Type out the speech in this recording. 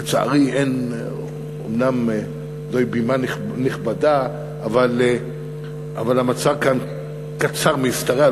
אומנם זוהי בימה נכבדה אבל המצע כאן קצר מלהשתרע,